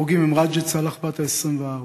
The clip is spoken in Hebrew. ההרוגים הם רג'ד סאלח בת ה-24,